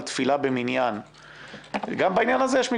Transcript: תפילה במניין גם בעניין הזה יש מגבלות.